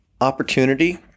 Opportunity